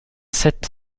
sept